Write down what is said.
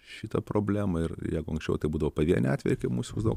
šitą problemą ir jeigu anksčiau tai būdavo pavieniai atvejai kai mus siųsdavo